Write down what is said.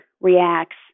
reacts